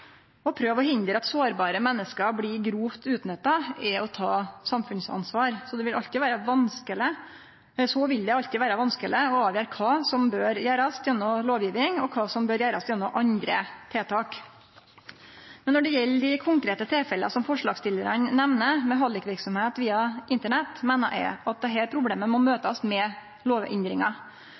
å hindre at sårbare menneske blir grovt utnytta, er å ta samfunnsansvar. Så vil det alltid vere vanskeleg å avgjere kva som bør gjerast gjennom lovgjeving, og kva som bør gjerast gjennom andre tiltak. Men når det gjeld dei konkrete tilfella som forslagstillarane nemner, med hallikverksemd via Internett, meiner eg at dette problemet må møtast med lovendringar.